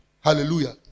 Hallelujah